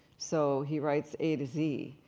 so he writes a to z,